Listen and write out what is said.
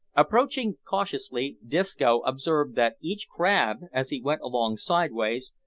approaching cautiously, disco observed that each crab, as he went along sidewise,